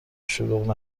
شلوغ